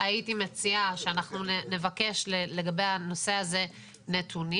הייתי מציעה שאנחנו נבקש לגבי הנושא הזה נתונים